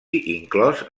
inclòs